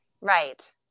right